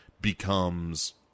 becomes